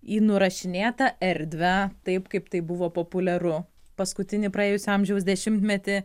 į nurašinėtą erdvę taip kaip tai buvo populiaru paskutinį praėjusio amžiaus dešimtmetį